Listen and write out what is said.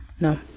No